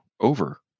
over